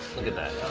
look at that.